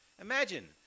Imagine